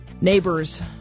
neighbors